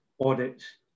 audits